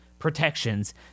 Protections